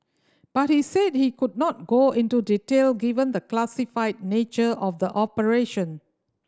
but he said he could not go into detail given the classified nature of the operation